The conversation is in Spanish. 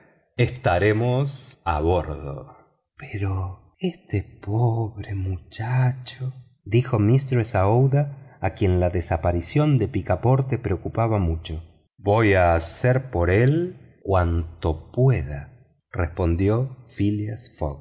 estaremos a bordo pero este pobre muchacho dijo mistress aouida a quien la desaparición de picaporte preocupaba mucho voy a hacer por él todo cuanto pueda respondió phileas